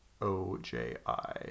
O-J-I